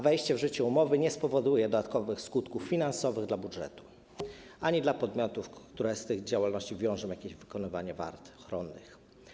Wejście w życie umowy nie spowoduje dodatkowych skutków finansowych dla budżetu ani dla podmiotów, w przypadku których działalność wiąże się z wykonywaniem wart ochronnych.